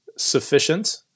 sufficient